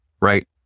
right